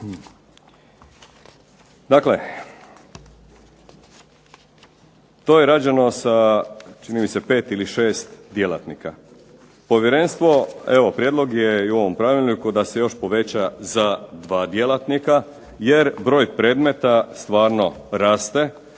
Dakle, to je rađeno sa čini mi se 5 ili 6 djelatnika. Povjerenstvo prijedlog je u ovom Pravilniku da se poveća za još 2 djelatnika jer broj predmeta stvarno raste,